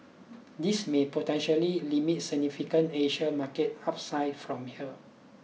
this may potentially limit significant Asian market upside from here